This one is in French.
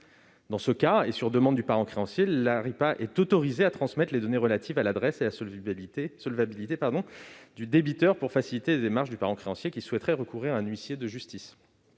Dans ce cas et à la demande du parent créancier, l'Aripa est autorisée à transmettre des données relatives à l'adresse et à la solvabilité du débiteur pour faciliter les démarches du parent créancier qui souhaiterait recourir à un huissier de justice.